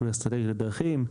טיפול אסטרטגיית הדרכים,